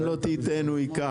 גם אם לא תיתן, הוא ייקח.